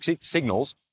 signals